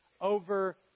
over